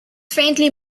faintly